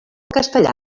castellà